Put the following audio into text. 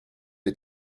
est